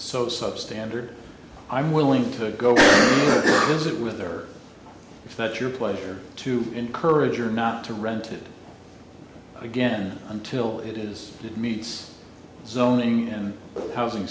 so substandard i'm willing to go visit with her it's not your pleasure to encourage your not to rent it again until it is it meets zoning and housing